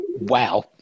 wow